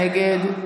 נגד,